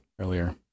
earlier